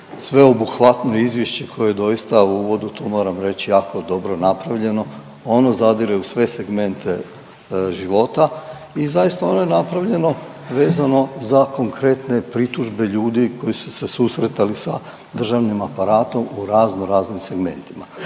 sveobuhvatno izvješće koje je doista u uvodu, to moram reći, jako dobro napravljeno. Ono zadire u sve segmente života i zaista, ono je napravljeno vezano za konkretne pritužbe ljudi koji se susretali sa državnim aparatom u raznoraznim segmentima.